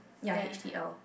ya H_D_L